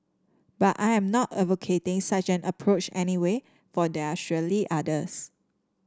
but I am not advocating such an approach anyway for there are surely others